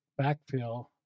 backfill